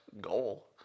goal